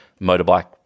motorbike